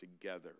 together